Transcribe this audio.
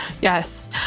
Yes